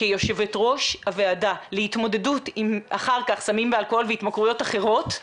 כיו"ר הוועדה להתמודדות אחר כך עם סמים ואלכוהול והתמכרויות אחרות,